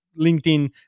LinkedIn